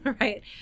right